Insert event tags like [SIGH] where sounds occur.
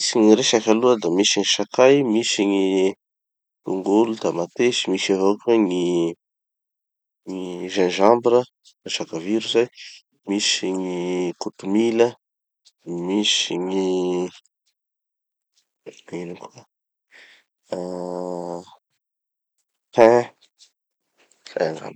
[AUDIO DISTORTION] asia resaky aloha da misy gny sakay, misy gny tongolo tamatesy, misy avao koa gny gingembre, sakaviro zay, misy gny kotomila, misy gny ah tin. Zay angamba.